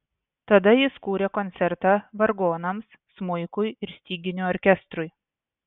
tada jis kūrė koncertą vargonams smuikui ir styginių orkestrui